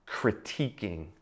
critiquing